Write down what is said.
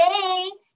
Thanks